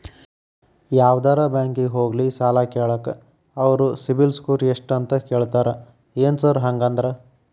ಯಾವದರಾ ಬ್ಯಾಂಕಿಗೆ ಹೋಗ್ಲಿ ಸಾಲ ಕೇಳಾಕ ಅವ್ರ್ ಸಿಬಿಲ್ ಸ್ಕೋರ್ ಎಷ್ಟ ಅಂತಾ ಕೇಳ್ತಾರ ಏನ್ ಸಾರ್ ಹಂಗಂದ್ರ?